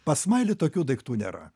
pas smailį tokių daiktų nėra